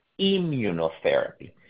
immunotherapy